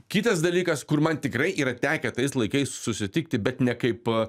kitas dalykas kur man tikrai yra tekę tais laikais susitikti bet ne kaip